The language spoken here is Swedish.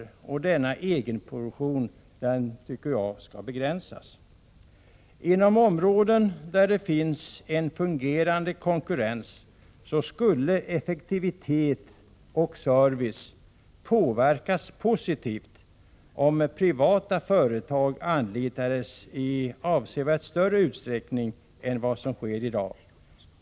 Jag menar att denna egenproduktion skall begränsas. Inom områden där det finns en fungerande konkurrens skulle effektivitet och service påverkas positivt om privata företag anlitades i avsevärt större utsträckning än vad som i dag sker.